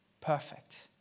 perfect